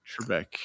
Trebek